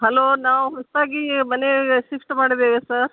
hello ನಾವು ಹೊಸತಾಗಿ ಮನೆ ಸಿಫ್ಟ್ ಮಾಡಿದ್ದೇವೆ ಸ